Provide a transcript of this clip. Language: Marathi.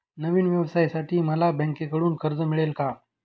नवीन व्यवसायासाठी मला बँकेकडून कर्ज मिळेल का?